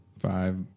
Five